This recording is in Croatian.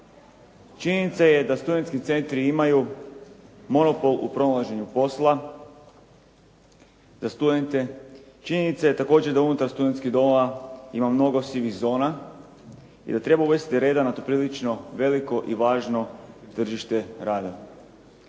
Činjenica je da studentski centri imaju monopol u pronalaženju posla za studente. Činjenica je također da unutar studentskih domova ima mnogo sivih zona i da treba uvesti reda na to prilično veliko i važno tržište rada.